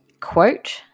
Quote